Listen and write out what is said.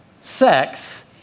sex